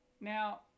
Now